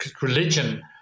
religion